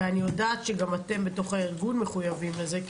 ואני יודעת שגם אתם בתוך הארגון מחויבים לזה,